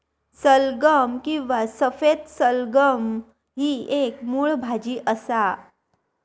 सलगम किंवा सफेद सलगम ही एक मुळ भाजी असा